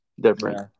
different